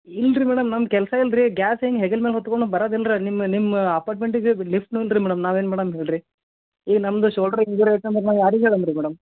ಇಲ್ಲ ರಿ ಮೇಡಮ್ ನಮ್ಮ ಕೆಲಸ ಇಲ್ಲ ರಿ ಗ್ಯಾಸ್ ಏನು ಹೆಗಲ ಮೇಲೆ ಹೊತ್ತುಕೊಂಡು ಬರದಿಲ್ಲ ರಿ ನಿಮ್ಮ ನಿಮ್ಮ ಅಪಾರ್ಟ್ಮೆಂಟಿಗೆ ಲಿಫ್ಟ್ನೂ ಇಲ್ಲ ರಿ ಮೇಡಮ್ ನಾವೇನು ಮಾಡಣ್ ಹೇಳಿರಿ ಈ ನಮ್ದು ಶೋಲ್ಡ್ರ್ ಇನ್ಜೂರಿ ಆಯ್ತು ಅಂದ್ರೆ ನಾವು ಯಾರಿಗೆ ಹೇಳಣ್ ರೀ ಮೇಡಮ್